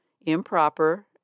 improper